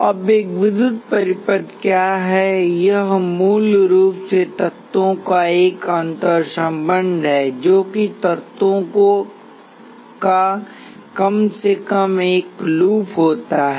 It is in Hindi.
अब एक विद्युत परिपथ क्या है यह मूल रूप से तत्वों का एक अंतर्संबंध है जैसे कि तत्वों का कम से कम एक लूप होता है